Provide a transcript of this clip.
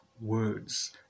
words